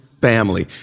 family